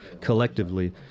collectively